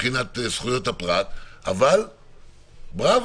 מבחינת זכויות הפרט, בראוו.